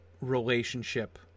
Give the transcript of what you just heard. relationship